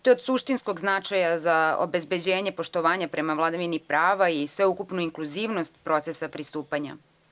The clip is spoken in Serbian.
To je od suštinskog značaja za obezbeđenje poštovanja prema vladavini prava i sve ukupno inkluzivnost procesa pristupanja.